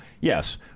yes